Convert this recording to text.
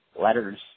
letters